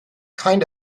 kind